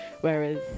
whereas